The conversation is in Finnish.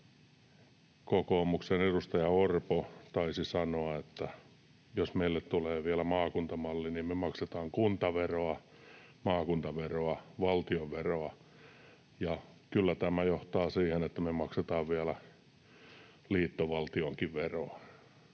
kokoomuksen edustaja Orpo taisi sanoa, että jos meille tulee vielä maakuntamalli, niin me maksetaan kuntaveroa, maakuntaveroa ja valtionveroa, ja kyllä tämä johtaa siihen, että me maksetaan vielä liittovaltionkin veroa.